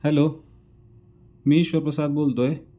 hello मी ईश्व प्रसाद बोलतो आहे